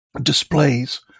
displays